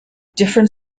different